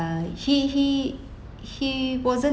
uh he he he wasn't